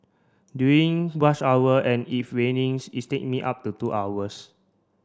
during rush hour and if its take me up to two hours